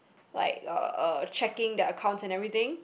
like uh uh checking their accounts and everything